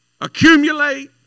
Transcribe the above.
accumulate